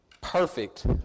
perfect